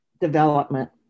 development